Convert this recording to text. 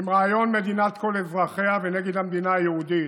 עם רעיון מדינת כל אזרחיה ונגד המדינה היהודית,